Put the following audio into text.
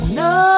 no